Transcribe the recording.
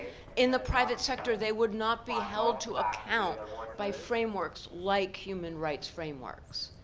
in the private sector they would not be held to account by frameworks like human rights frameworks.